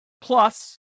Plus